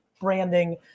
branding